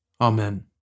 Amen